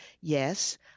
yes